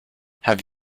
have